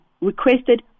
requested